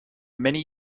many